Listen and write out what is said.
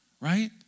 right